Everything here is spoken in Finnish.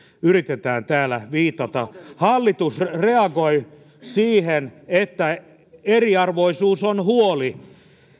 yritetään täällä viitata hallitus reagoi siihen että eriarvoisuus on huoli